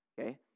okay